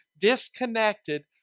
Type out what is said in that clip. disconnected